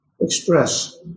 express